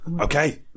okay